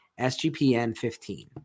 SGPN15